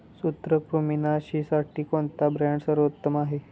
सूत्रकृमिनाशीसाठी कोणता ब्रँड सर्वोत्तम आहे?